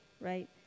right